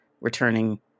returning